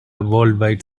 worldwide